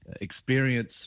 Experience